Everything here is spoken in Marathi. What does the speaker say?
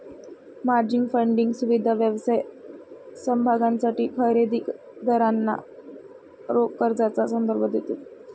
मार्जिन फंडिंग सुविधा व्यवसाय समभागांसाठी खरेदी दारांना रोख कर्जाचा संदर्भ देते